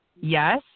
Yes